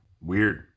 Weird